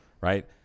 Right